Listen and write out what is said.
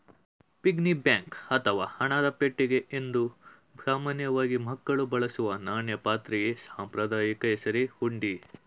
piggy bank ಅಥವಾ ಹಣದ ಪೆಟ್ಟಿಗೆ ಎಂಬುದು ಸಾಮಾನ್ಯವಾಗಿ ಮಕ್ಕಳು ಬಳಸುವ ನಾಣ್ಯ ಪಾತ್ರೆಯ ಸಾಂಪ್ರದಾಯಿಕ ಹೆಸರೇ ಹುಂಡಿ